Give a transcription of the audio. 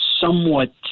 somewhat